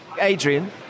Adrian